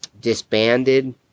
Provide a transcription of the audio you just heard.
disbanded